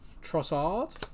Trossard